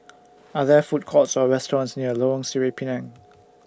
Are There Food Courts Or restaurants near Lorong Sireh Pinang